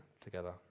together